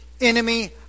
enemy